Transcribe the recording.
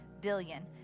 billion